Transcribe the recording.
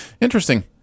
interesting